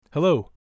Hello